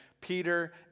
Peter